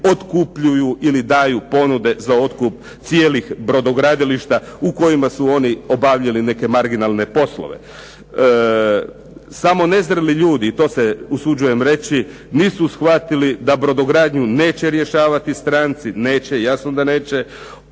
otkupljuju ili daju ponude za otkup cijelih brodogradilišta u kojima su oni obavljali neke marginalne poslove. Samo nezreli ljudi i to se usuđujem reći nisu shvatili da brodogradnju neće rješavati stranci, neće, jasno da neće,